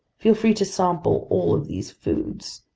feel free to sample all of these foods.